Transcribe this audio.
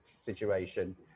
situation